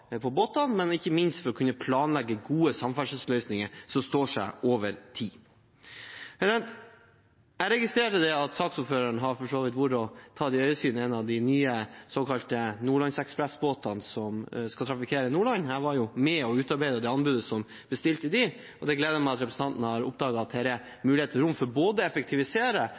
på båtene, men ikke minst for å kunne planlegge gode samferdselsløsninger som står seg over tid. Jeg registrerer at saksordføreren har tatt i øyesyn en av de nye såkalte Nordlandsekspressen-båtene som skal trafikkere Nordland. Jeg var med på å utarbeide anbudet som bestilte dem, og det gleder meg at representanten har oppdaget at her er det mulighet for å effektivisere og ikke minst for nasjonal verdiskaping ut av å